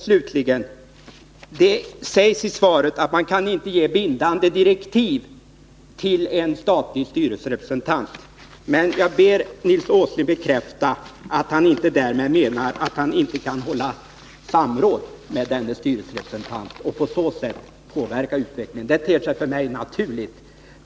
Slutligen, det sägs i svaret att man inte kan ge bindande direktiv till en statlig styrelserepresentant. Men jag ber Nils Åsling bekräfta att han därmed inte menar att han inte kan hålla samråd med denne styrelserepresentant och på så sätt påverka utvecklingen. Det ter sig för mig naturligt.